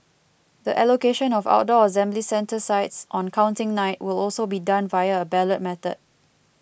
the allocation of outdoor assembly centre sites on Counting Night will also be done via a ballot method